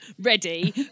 ready